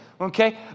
okay